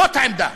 זאת העמדה.